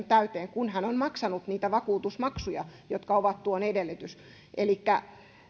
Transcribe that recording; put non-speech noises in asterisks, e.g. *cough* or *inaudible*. *unintelligible* täyteen ja kun hän on maksanut niitä vakuutusmaksuja jotka ovat tuon edellytys